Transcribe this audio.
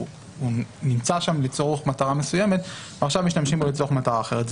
הוא נמצא שם לצורך מטרה מסוימת ועכשיו משתמשים בו לצורך מטרה אחרת.